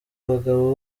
abagabo